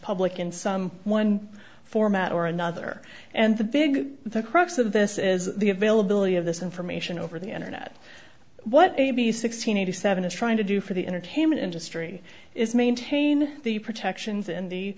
public in some one format or another and the big the crux of this is the availability of this information over the internet what maybe six hundred and eighty seven is trying to do for the entertainment industry is maintain the protections in the